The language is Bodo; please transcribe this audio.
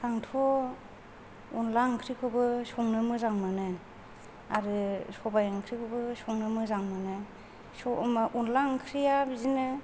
आंथ' अनला ओंख्रिखौबो संनो मोजां मोनो आरो सबाय ओंख्रिखौबो संनो मोजां मोनो अनला ओंख्रिया बिदिनो